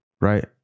right